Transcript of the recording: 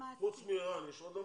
חוץ מער"ן יש עוד עמותות?